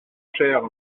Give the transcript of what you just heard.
chers